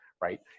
right